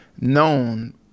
known